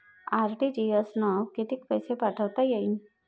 RTGS न कितीक पैसे पाठवता येते?